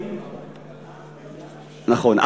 נכון.